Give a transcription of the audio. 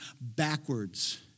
backwards